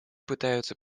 пытаются